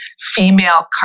female